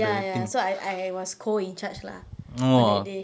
ya ya so I I was co in charge lah on that day